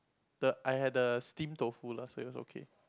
the I had the steamed tofu lah so it was okay